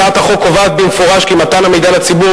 הצעת החוק קובעת במפורש כי מתן המידע לציבור,